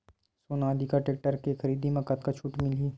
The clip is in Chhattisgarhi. सोनालिका टेक्टर के खरीदी मा कतका छूट मीलही?